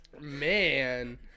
man